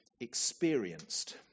experienced